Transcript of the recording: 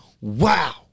wow